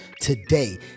today